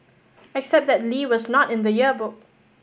except that Lee was not in the yearbook